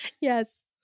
Yes